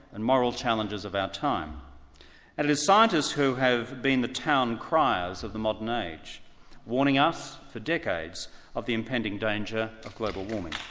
and moral challenges of our time. and it is scientists who have been the town criers of the modern age warning us for decades of the impending danger of global warming.